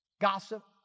gossip